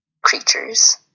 creatures